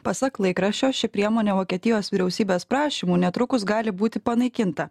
pasak laikraščio ši priemonė vokietijos vyriausybės prašymu netrukus gali būti panaikinta